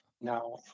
Now